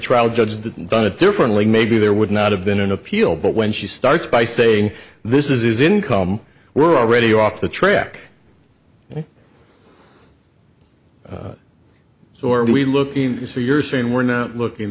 that done it differently maybe there would not have been an appeal but when she starts by saying this is income we're already off the track so are we looking for you're saying we're not looking